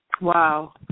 Wow